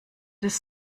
des